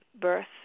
birth